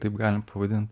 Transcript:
taip galim pavadint